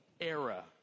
era